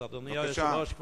אדוני היושב-ראש,